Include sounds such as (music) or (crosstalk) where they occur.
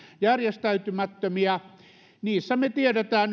järjestäytymättömiä me tiedämme (unintelligible)